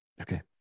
Okay